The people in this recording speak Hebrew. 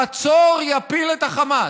המצור יפיל את החמאס.